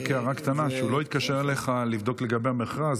הערה קטנה: שהוא לא יתקשר אליך לבדוק לגבי המכרז,